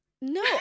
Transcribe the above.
No